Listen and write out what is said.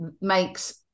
makes